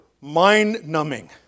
mind-numbing